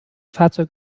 fahrzeug